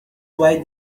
why